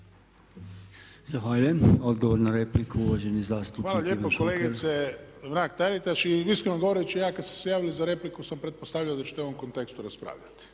Hvala lijepo kolegice Mrak-Taritaš. I iskreno govoreći ja kada ste se javili za repliku sam pretpostavio da ćete u ovom kontekstu raspravljati.